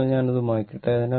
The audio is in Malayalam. അതിനാൽ ഞാൻ അത് മായ്ക്കട്ടെ